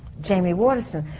jamie waterston.